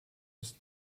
ist